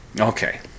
okay